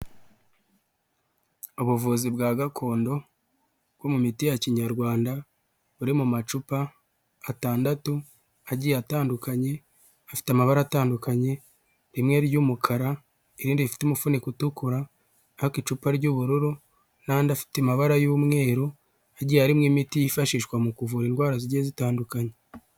Ubuvuzi bwa gakondo bwo mu miti ya Kinyarwanda buri mu macupa atandatu agiye atandukanye, afite amabara atandukanye, rimwe ry'umukara irindi rifite umufuniko utukura ariko icupa ry'ubururu n'andi afite amabara y'umweru hagiye arimo imiti yifashishwa mu kuvura indwara zigiye zitandukanye.